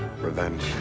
Revenge